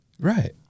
Right